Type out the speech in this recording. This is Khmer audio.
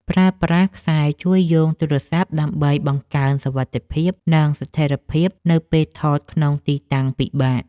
ប្រើប្រាស់ខ្សែជួយយោងទូរស័ព្ទដើម្បីបង្កើនសុវត្ថិភាព និង ស្ថេរភាពនៅពេលថតក្នុងទីតាំងពិបាក។